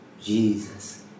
Jesus